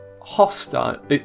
hostile